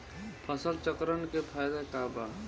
फसल चक्रण के फायदा का बा?